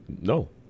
no